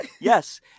Yes